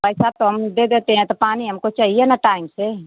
पैसा तो हम दे देते हैं तो पानी हमको चहिए न टाइम से